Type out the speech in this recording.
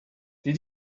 did